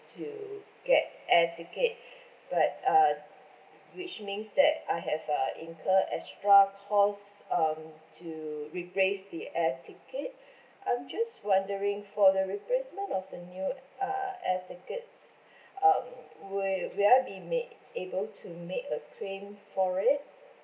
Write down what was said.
to get air ticket but uh which means that I have uh incur extra cost um to replace the air ticket I'm just wondering for the replacement of the new uh air tickets um will will I be make able to make a claim for it